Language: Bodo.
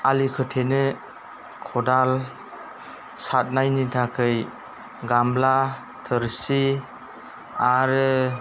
आलि खोथेनो खदाल सारनायनि थाखाय गामला थोरसि आरो